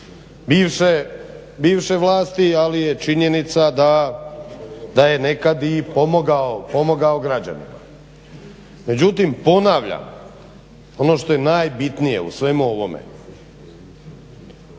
bivše vlasti ali je činjenica da je nekad i pomogao građanima. Međutim ponavljam ono što je najbitnije u svemu ovome,